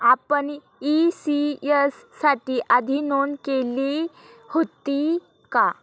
आपण इ.सी.एस साठी आधी नोंद केले होते का?